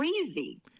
crazy